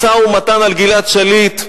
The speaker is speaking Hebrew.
משא-ומתן על גלעד שליט.